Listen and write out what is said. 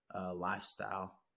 lifestyle